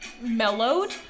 mellowed